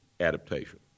adaptation